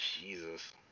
Jesus